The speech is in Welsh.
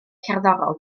cerddorol